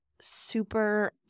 super